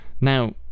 Now